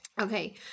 Okay